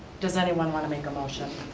does anyone wanna make a motion?